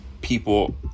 people